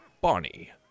Bonnie